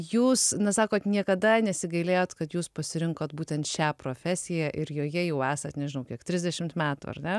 jūs na sakot niekada nesigailėjot kad jūs pasirinkot būtent šią profesiją ir joje jau esat nežinau kiek trisdešimt metų ar ne